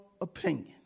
opinion